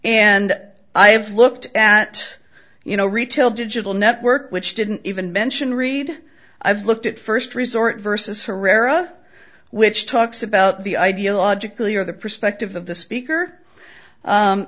and i have looked at you know retail digital network which didn't even mention read i've looked at first resort versus herrera which talks about the ideologically or the perspective of the speaker